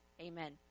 Amen